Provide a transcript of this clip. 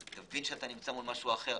תבין שאתה מול משהו אחר,